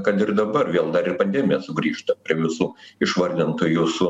kad ir dabar vėl dar ir pandemija sugrįžta prie visų išvardintų jūsų